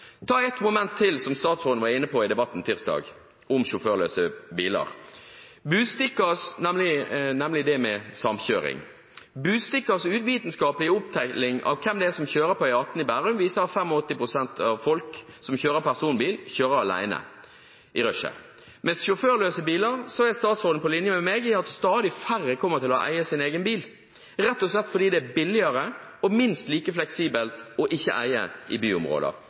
Ta ett moment til som statsråden var inne på i debatten tirsdag om sjåførløse biler, nemlig det med samkjøring. Budstikkas uvitenskapelige opptelling av hvem som kjører på E18 i Bærum, viser at 85 pst. av folk som kjører personbil, kjører alene i rushet. Med sjåførløse biler er statsråden på linje med meg i at stadig færre kommer til å eie sin egen bil, rett og slett fordi det er billigere og minst like fleksibelt ikke å eie i byområder.